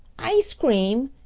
ice cream!